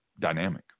dynamic